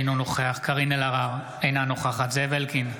אינו נוכח קארין אלהרר, אינה נוכחת זאב אלקין,